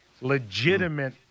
Legitimate